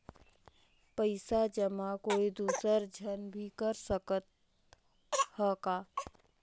पइसा जमा कोई दुसर झन भी कर सकत त ह का?